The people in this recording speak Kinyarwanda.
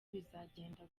bizagenda